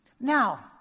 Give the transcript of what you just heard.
Now